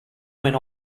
went